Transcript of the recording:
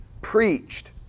preached